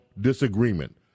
disagreement